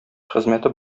хезмәте